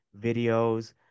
videos